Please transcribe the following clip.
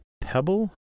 Pebble